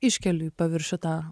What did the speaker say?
iškeliu į paviršių tą